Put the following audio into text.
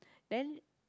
then